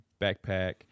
backpack